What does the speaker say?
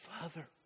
father